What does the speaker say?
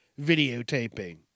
videotaping